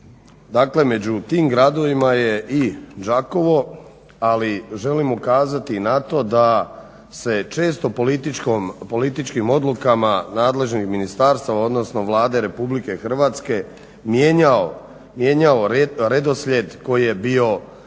među tim gradovima je i Đakovo ali želim ukazati na to da se često političkim odlukama nadležnih ministarstava, odnosno Vlade Republike Hrvatske mijenjao redoslijed koji je bio